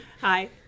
Hi